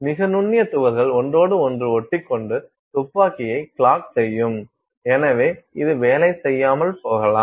மிக நுண்ணிய துகள்கள் ஒன்றோடு ஒன்று ஒட்டிக்கொண்டு துப்பாக்கியை கிளாக் செய்யும் எனவே இது வேலை செய்யாமல் போகலாம்